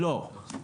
לא,